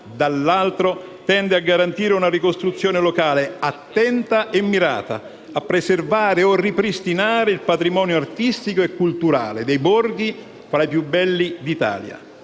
dall'altro, tende a garantire una ricostruzione locale attenta e mirata a preservare o ripristinare il patrimonio artistico e culturale dei borghi fra i più belli d'Italia